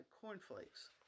cornflakes